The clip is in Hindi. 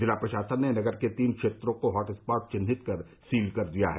जिला प्रशासन ने नगर के तीन क्षेत्रों को हॉटस्पॉट चिन्हित कर सील किया है